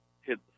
hit